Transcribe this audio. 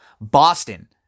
Boston